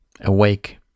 awake